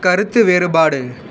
கருத்து வேறுபாடு